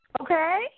Okay